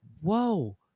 Whoa